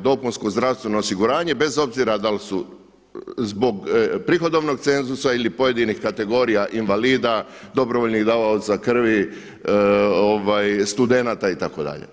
dopunsko zdravstveno osiguranje bez obzira da li su zbog prihodovnog cenzusa ili pojedinih kategorija invalida, dobrovoljnih davaoca krvi, studenata itd.